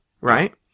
right